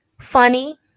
funny